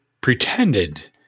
pretended—